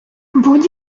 будь